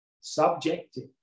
subjective